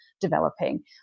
developing